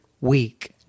week